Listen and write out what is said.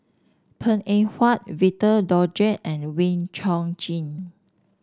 Png Eng Huat Victor Doggett and Wee Chong Jin